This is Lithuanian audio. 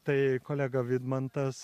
tai kolega vidmantas